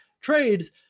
trades